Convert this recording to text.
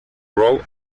roll